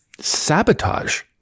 sabotage